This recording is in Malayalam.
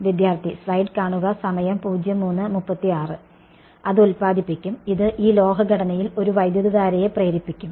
അത് ഉല്പാദിപ്പിക്കും അത് ഈ ലോഹഘടനയിൽ ഒരു വൈദ്യുതധാരയെ പ്രേരിപ്പിക്കും